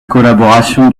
collaboration